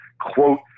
quote